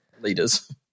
leaders